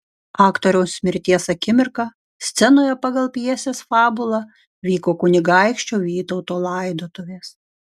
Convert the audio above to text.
aktoriaus mirties akimirką scenoje pagal pjesės fabulą vyko kunigaikščio vytauto laidotuvės